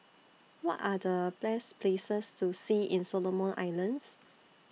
What Are The Best Places to See in Solomon Islands